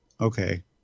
okay